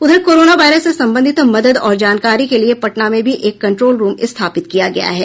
उधर corona virus से संबंधित मदद और जानकारी के लिए पटना में भी एक कंट्रोल रूम स्थापित किया गया है